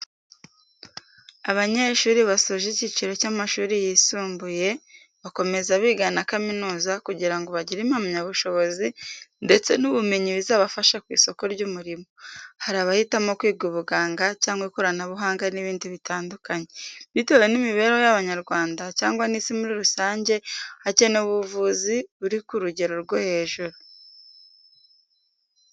Abanyeshuri basoje icyiciro cy'amashuri yisumbuye bakomeza biga na kaminuza kugira ngo bagire impamyabushobozi ndetse n'ubumenyi bizabafasha ku isoko ry'umurimo. Hari abahitamo kwiga ubuganga cyangwa ikoranabuhanga n'ibindi bitandukanye, bitewe n'imibereho y'Abanyarwanda cyangwa n'isi muri rusange, hakenewe ubuvuzi buri ku rugero rwo hejuru.